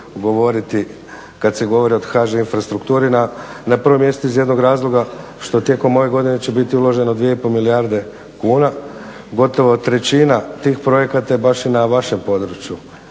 govoriti kad se govori o HŽ infrastrukturi. Na prvom mjestu iz jednog razloga što tijekom ove godine će biti uloženo 2,5 milijarde kuna. Gotovo trećina tih projekata je baš i na vašem području.